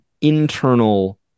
internal